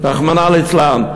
רחמנא ליצלן.